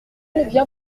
vient